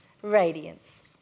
Radiance